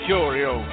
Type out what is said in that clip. Curio